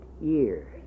years